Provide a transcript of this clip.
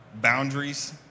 boundaries